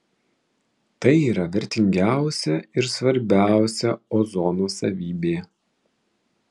tai yra vertingiausia ir svarbiausia ozono savybė